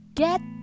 get